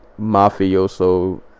mafioso